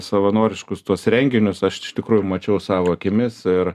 savanoriškus tuos renginius aš iš tikrųjų mačiau savo akimis ir